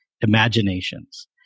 imaginations